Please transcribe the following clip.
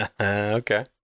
Okay